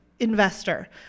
Investor